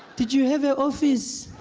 did you have an office? i